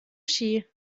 ski